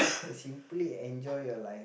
simply enjoy your life